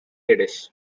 yiddish